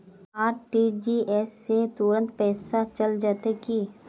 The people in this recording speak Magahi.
आर.टी.जी.एस से तुरंत में पैसा चल जयते की?